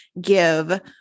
give